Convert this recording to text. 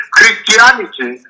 Christianity